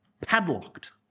padlocked